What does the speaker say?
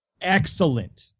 excellent